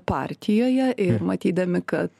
partijoje ir matydami kad